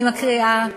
כל ילד יודע את זה,